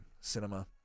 cinema